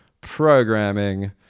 programming